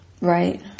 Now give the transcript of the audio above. Right